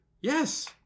Yes